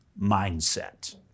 mindset